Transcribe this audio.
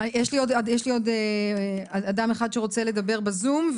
עוד אדם אחד שרוצה לדבר בזום,